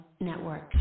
network